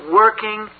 working